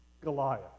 Goliath